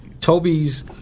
Toby's